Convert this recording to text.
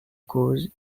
cause